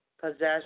possession